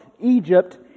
Egypt